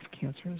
cancers